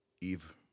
Eve